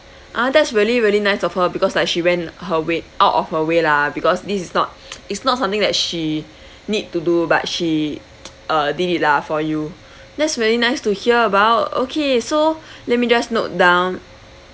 ah that's really really nice of her because like she went her way out of her way lah because this is not it's not something that she need to do but she uh did it lah for you that's very nice to hear about okay so let me just note down